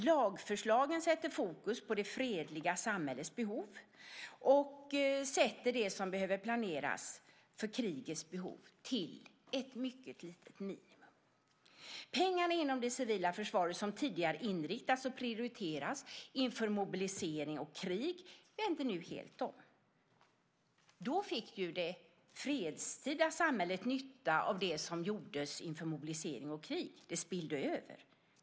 Lagförslagen sätter fokus på det fredliga samhällets behov och sätter det som behöver planeras för krigets behov till ett minimum. Pengarna inom det civila försvaret som tidigare inriktats och prioriterats inför mobilisering och krig vänder nu så att säga helt om. Då fick det fredstida samhället nytta av det som gjordes inför mobilisering och krig. Det spillde över.